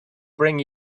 bring